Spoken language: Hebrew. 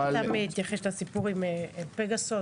אבל --- אתה מתייחס לסיפור עם פגסוס?